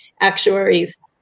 actuaries